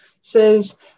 says